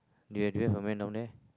do you do you a man down three